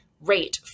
rate